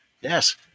yes